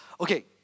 Okay